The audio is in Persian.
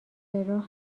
راه